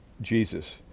Jesus